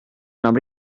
enam